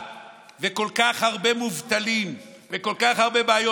עם כל כך הרבה מובטלים וכל כך הרבה בעיות,